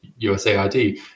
USAID